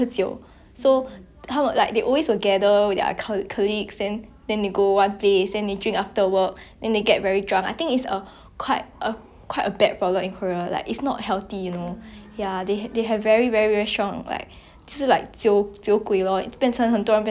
then they get very drunk I think it's quite quite a bad problem in korea like it's not healthy you know yeah they they have very very strong like 就是 like 酒鬼 lor 很多人变成酒鬼 yeah then they feel pressured to drink because of their colleagues